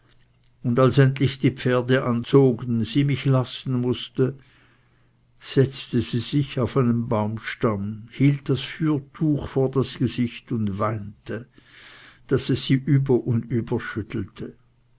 und als endlich die pferde anzogen sie mich lassen mußte setzte sie sich auf einen baumstamm hielt das fürtuch vor das gesicht und weinte daß es sie über